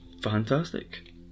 fantastic